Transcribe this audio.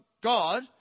God